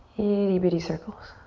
itty bitty circles.